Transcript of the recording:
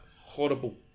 horrible